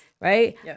Right